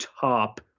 top